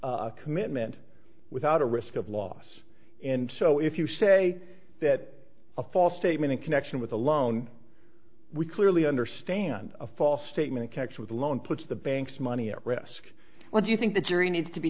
a commitment without a risk of loss and so if you say that a false statement in connection with a loan we clearly understand a false statement a connection with a loan puts the bank's money at risk what do you think the jury needs to be